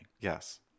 yes